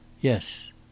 Yes